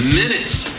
minutes